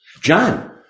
John